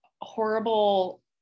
horrible